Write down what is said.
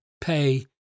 pay